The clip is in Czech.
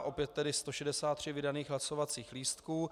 Opět tedy 163 vydaných hlasovacích lístků.